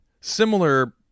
similar